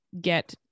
get